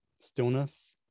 stillness